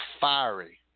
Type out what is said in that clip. fiery